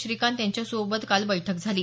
श्रीकांत यांच्यासोबत काल बैठक झाली